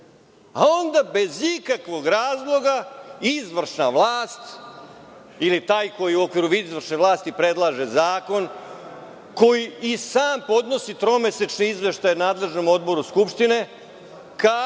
a onda bez ikakvog razloga izvršna vlast ili taj koji u okviru izvršne vlasti predlaže zakon, koji i sam podnosi tromesečni izveštaj nadležnom odboru Skupštine,